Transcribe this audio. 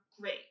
great